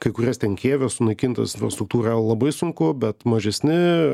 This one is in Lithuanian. kai kurias ten kijeve sunaikintas infrastruktūrą labai sunku bet mažesni